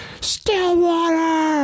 Stillwater